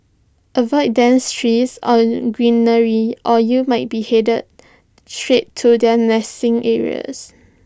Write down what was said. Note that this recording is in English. avoid dense trees or greenery or you might be headed straight to their nesting areas